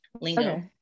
lingo